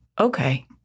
Okay